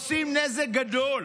הן עושות נזק גדול.